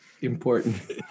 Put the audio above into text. important